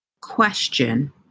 question